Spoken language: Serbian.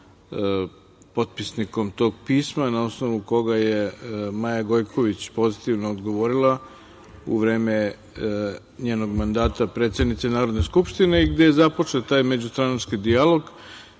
potpisnikom tog pisma na osnovu koga je Maja Gojković pozitivno odgovorila u vreme njenog mandata predsednice Narodne skupštine, gde je započet taj međustranački dijalog